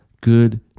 good